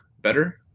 better